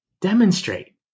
Demonstrate